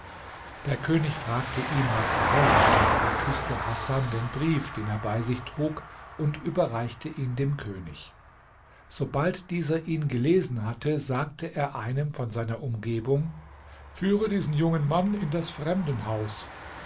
der könig fragte ihn was er wolle da küßte hasan den brief den er bei sich trug und überreichte ihn dem könig sobald dieser ihn gelesen hatte sagte er einem von seiner umgebung führe diesen jungen mann in das fremdenhaus